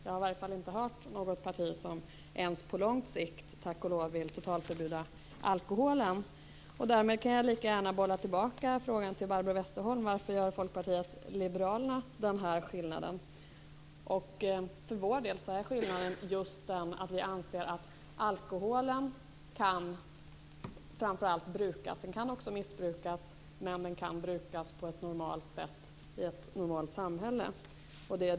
Jag har tack och lov inte hört att något parti ens på lång sikt vill totalförbjuda alkoholen. Därmed kan jag lika gärna bolla tillbaka frågan till Barbro Westerholm. Varför gör Folkpartiet liberalerna denna skillnad? Vi anser att alkoholen, även om den också kan missbrukas, framför allt kan brukas på ett normalt sätt i ett normalt samhälle.